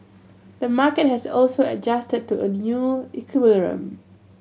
the market has also adjusted to a new equilibrium